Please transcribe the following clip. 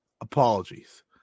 Apologies